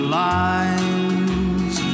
lines